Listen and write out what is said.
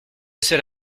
seul